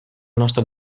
nostra